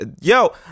Yo